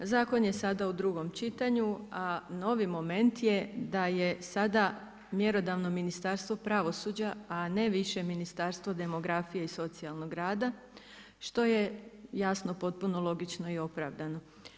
Zakon je sada u drogom čitanju, a novi moment je da je sada mjerodavno Ministarstvo pravosuđa a ne više Ministarstvo demografije i socijalnog rada, što je jasno potpuno logično i opravdano.